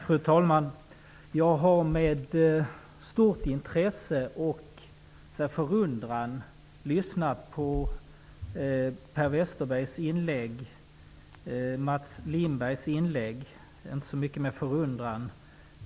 Fru talman! Jag har med stort intresse och förundran lyssnat till Per Westerbergs inlägg. Jag har också lyssnat till Mats Lindbergs inlägg, med mera intresse än förundran.